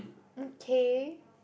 okay